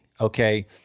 Okay